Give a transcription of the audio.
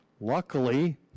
luckily